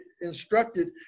instructed